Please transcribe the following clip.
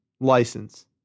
license